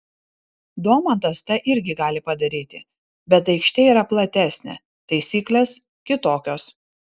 domantas tą irgi gali padaryti bet aikštė yra platesnė taisyklės kitokios